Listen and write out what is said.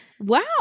Wow